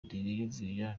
ntibiyumvisha